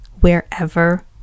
wherever